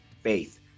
faith